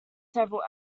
several